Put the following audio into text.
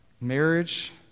marriage